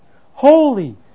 holy